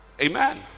Amen